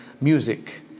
music